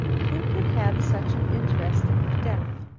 who could have such an interest in my death?